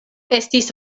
estis